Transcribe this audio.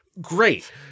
great